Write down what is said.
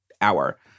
hour